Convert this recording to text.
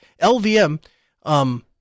LVM